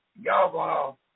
Y'all